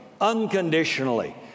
unconditionally